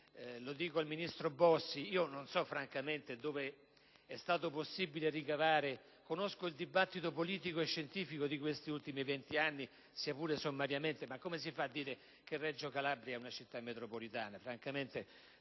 lo dico al ministro Bossi - non so francamente da dove sia stato possibile ricavare (conosco il dibattito politico e scientifico di questi ultimi venti anni, sia pure sommariamente) che Reggio Calabria è una città metropolitana.